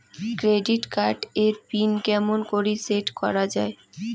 Credit card এর PIN কেমন করি সেট করা য়ায়?